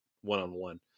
one-on-one